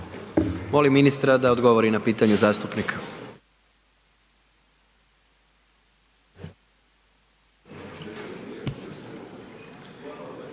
Molim ministra da odgovori na pitanje zastupnika.